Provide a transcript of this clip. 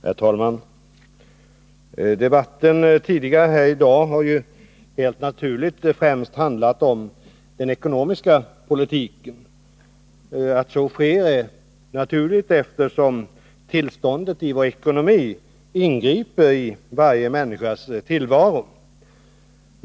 Herr talman! Debatten tidigare i dag har helt naturligt främst handlat om den ekonomiska politiken. Att så sker är naturligt, eftersom tillståndet i vår ekonomi ingriper i varje människas tillvaro.